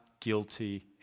guilty